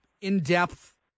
in-depth